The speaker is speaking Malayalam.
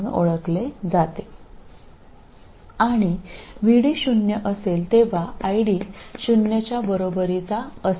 0 ന് തുല്യമായ VD ക്ക് ID 0 ന് തുല്യമായിരിക്കും